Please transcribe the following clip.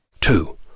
Two